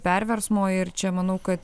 perversmo ir čia manau kad